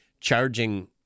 charging